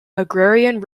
agrarian